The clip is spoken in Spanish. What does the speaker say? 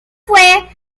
fue